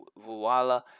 voila